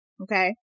Okay